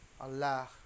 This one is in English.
Allah